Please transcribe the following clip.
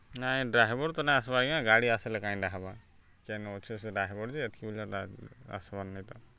ନାଇଁ ଡ୍ରାଇଭର୍ ତ ନାଇଁ ଆସ୍ବା ଆଜ୍ଞା ଗାଡ଼ି ଆସ୍ଲେ କାଇଁଟା ହେବା କେନୁ ଅଛେ ସେ ଡାଇଭର୍ ଯେ ଏତ୍କି ବେଲା ଆସ୍ବାର୍ ନାଇଁ ତା